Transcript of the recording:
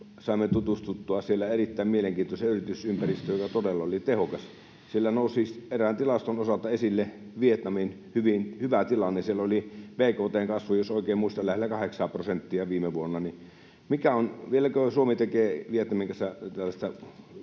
saimme tutustuttua siellä erittäin mielenkiintoiseen yritysympäristöön, joka todella oli tehokas. Siellä nousi erään tilaston osalta esille Vietnamin hyvin hyvä tilanne, siellä oli bkt:n kasvu, jos oikein muistan, lähellä kahdeksaa prosenttia viime vuonna. Miten on, vieläkö Suomi tekee Vietnamin kanssa tällaista